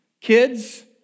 Kids